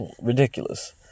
ridiculous